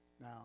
Now